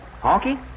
Honky